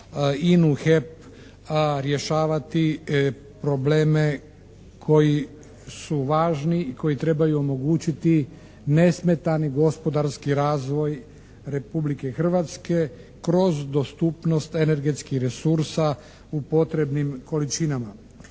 HEP rješavati probleme koji su važni i koji trebaju omogućiti nesmetani gospodarski razvoj Republike Hrvatske kroz dostupnost energetskih resursa u potrebnim količinama.